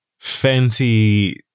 Fenty